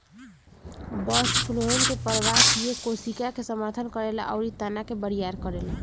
bast phloem के प्रवाह किये कोशिका के समर्थन करेला अउरी तना के बरियार करेला